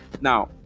Now